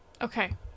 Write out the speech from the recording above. Okay